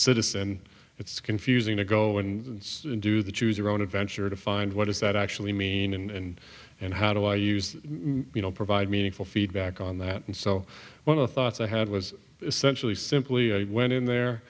citizen it's confusing to go and do the choose your own adventure to find what does that actually mean and and how do i use you know provide meaningful feedback on that and so one of the thoughts i had was essentially simply went in there